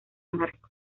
marcos